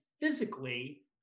physically